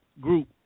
group